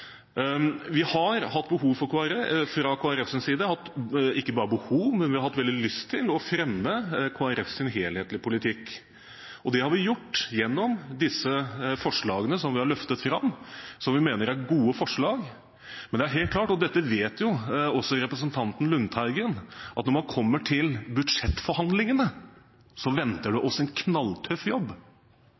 Folkepartis side hatt ikke bare behov for, men også veldig lyst til, å fremme Kristelig Folkepartis helhetlige politikk, og det har vi gjort gjennom disse forslagene som vi har løftet fram, og som vi mener er gode forslag. Men det er helt klart, og dette vet også representanten Lundteigen, at når man kommer til budsjettforhandlingene, venter det oss en knalltøff jobb